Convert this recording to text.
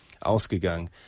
ausgegangen